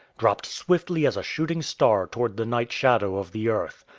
dropped swiftly as a shooting-star toward the night shadow of the earth.